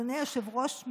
אדוני היושב-ראש,